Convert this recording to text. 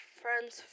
friends